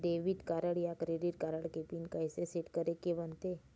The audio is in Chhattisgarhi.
डेबिट कारड या क्रेडिट कारड के पिन कइसे सेट करे के बनते?